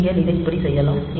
நீங்கள் இதை இப்படி செய்யலாம்